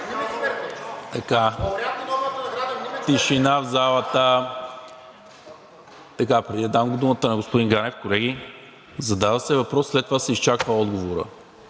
Тишина в залата! Преди да дам думата на господин Ганев, колеги, задава се въпрос, след това се изчаква отговорът,